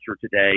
today